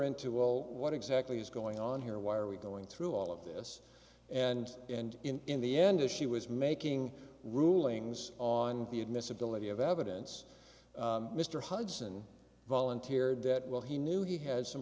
into well what exactly is going on here why are we going through all of this and and in the end as she was making rulings on the admissibility of evidence mr hudson volunteered that well he knew he had some